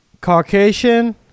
Caucasian